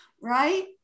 right